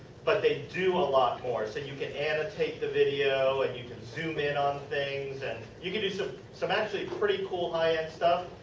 but, they do a lot more. so, and you can annotate the video and you can zoom in on things. and you can do some some actually pretty cool high-end stuff.